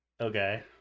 Okay